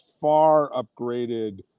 far-upgraded –